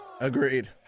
Agreed